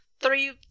three